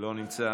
לא נמצא,